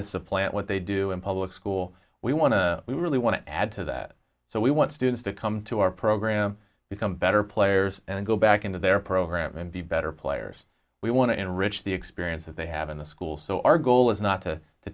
to supplant what they do in public school we want to we really want to add to that so we want students to come to our program become better players and go back into their program and be better players we want to enrich the experience that they have in the schools so our goal is not to t